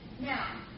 now